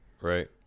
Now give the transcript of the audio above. Right